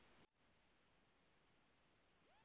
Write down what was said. दिल फेफड़ा आउर गुर्दा सब के नुकसान पहुंचाएला